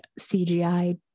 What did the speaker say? CGI